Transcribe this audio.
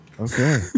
Okay